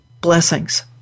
blessings